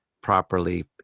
properly